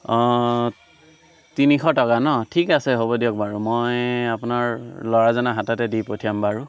অঁ তিনিশ টকা ন ঠিক আছে হ'ব দিয়ক বাৰু মই আপোনাৰ ল'ৰাজনৰ হাততে দি পঠিয়াম বাৰু